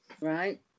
Right